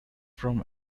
from